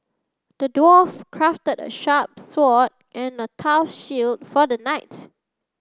the dwarf crafted a sharp sword and a tough shield for the knight